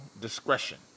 discretion